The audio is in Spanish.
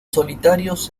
solitarios